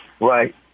right